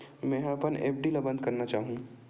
मेंहा अपन एफ.डी ला बंद करना चाहहु